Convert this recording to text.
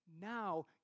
Now